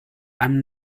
einem